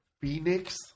Phoenix